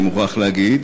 אני מוכרח להגיד,